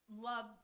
Love